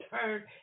turn